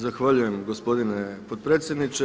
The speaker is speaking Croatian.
Zahvaljujem gospodine potpredsjedniče.